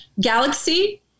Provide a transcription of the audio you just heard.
galaxy